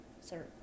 sir